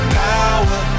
power